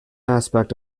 aspect